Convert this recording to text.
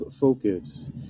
Focus